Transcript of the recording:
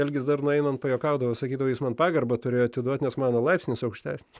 algis dar nueinant pajuokaudavo sakydavo jis man pagarbą turėjo atiduoti nes mano laipsnis aukštesnis